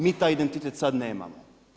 Mi taj identitet sada nemamo.